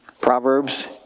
Proverbs